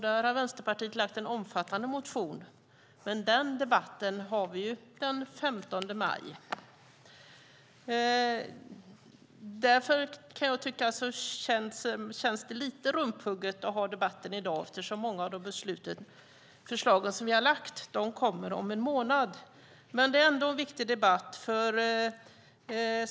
Där har Vänsterpartiet väckt en omfattande motion, men den debatten har vi den 15 maj. Därför känns det lite rumphugget att ha debatten i dag eftersom många av de förslag som vi har lagt fram kommer om en månad. Men det är ändå en viktig debatt.